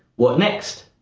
what next?